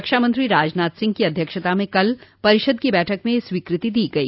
रक्षामंत्री राजनाथ सिंह की अध्यक्षता म कल परिषद की बैठक में यह स्वीकृति दी गई